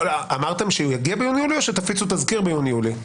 אמרתם שהוא יגיע ביוני יולי או שתפיצו תזכיר ביוני יולי?